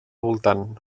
voltant